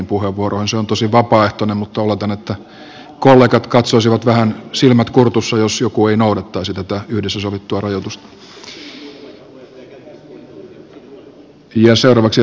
se on tosin vapaaehtoinen mutta oletan että kollegat katsoisivat vähän silmät kurtussa jos joku ei noudattaisi tätä yhdessä sovittua rajoitusta